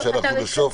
בסוף